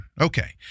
Okay